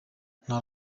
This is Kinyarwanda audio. nta